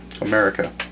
America